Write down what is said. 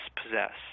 possess